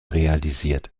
realisiert